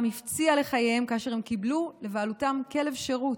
הפציע לחייהם כאשר הם קיבלו לבעלותם כלב שירות,